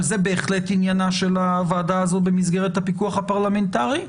אבל זה בהחלט עניינה של הוועדה הזו במסגרת הפיקוח הפרלמנטרי.